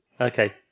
Okay